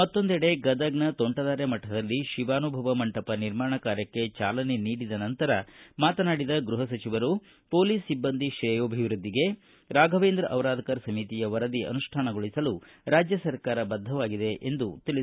ಮತ್ತೊಂದೆಡೆ ಗದಗ್ನ ತೋಂಟದಾರ್ಯ ಮಠದಲ್ಲಿ ಶಿವಾನುಭವ ಮಂಟಪ ನಿರ್ಮಾಣ ಕಾರ್ಯಕ್ಕೆ ಚಾಲನೆ ನೀಡಿದ ನಂತರ ಮಾತನಾಡಿದ ಗೃಹ ಸಚಿವರು ಪೊಲೀಸ್ ಒಬ್ಬಂದಿ ಶ್ರೇಯೋಭಿವೃದ್ಧಿಗೆ ರಾಘವೇಂದ್ರ ಚಿರಾದ್ಕರ್ ಸಮಿತಿಯ ವರದಿ ಅನುಷ್ಠಾನಗೊಳಿಸಲು ರಾಜ್ಯ ಸರ್ಕಾರ ಬದ್ದವಾಗಿದೆ ಎಂದು ಸಚಿವ ಎಂ